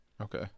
Okay